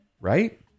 Right